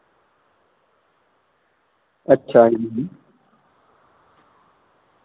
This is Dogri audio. अच्छा जी